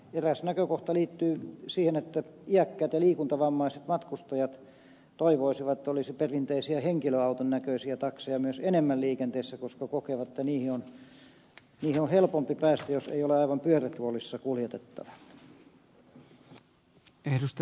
eräs näkökohta liittyy siihen että iäkkäät ja liikuntavammaiset matkustajat toivoisivat että olisi myös perinteisiä henkilöauton näköisiä takseja enemmän liikenteessä koska he kokevat että niihin on helpompi päästä jos ei ole aivan pyörätuolissa kuljetettava